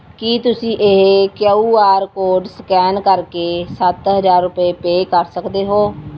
ਕੀ ਤੁਸੀਂ ਇਹ Q R code scan ਕਰਕੇ ਸੱਤ ਹਜ਼ਾਰ ਰੁਪਏ ਪੇਅ ਕਰ ਸਕਦੇ ਹੋ